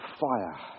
fire